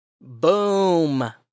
Boom